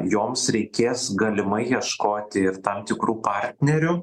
joms reikės galimai ieškoti ir tam tikrų partnerių